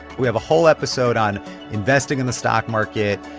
we have a whole episode on investing in the stock market,